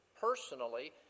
personally